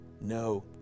No